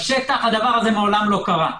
בשטח זה מעולם לא קרה.